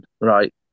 right